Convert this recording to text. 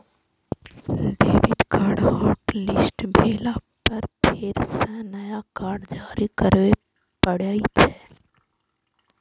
debit card hotlist भेला पर फेर सं नया कार्ड जारी करबे पड़ै छै